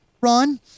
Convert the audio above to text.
ron